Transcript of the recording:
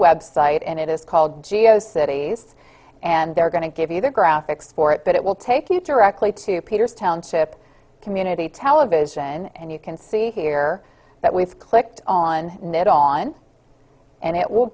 website and it is called geo cities and they're going to give you the graphics for it but it will take you directly to peter's township community television and you can see here that we've clicked on net on and it will